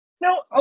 No